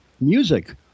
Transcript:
music